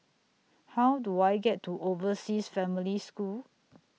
How Do I get to Overseas Family School